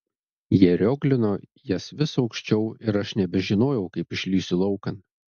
jie rioglino jas vis aukščiau ir aš nebežinojau kaip išlįsiu laukan